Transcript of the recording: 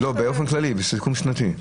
לא, באופן כללי בסיכום שנתי.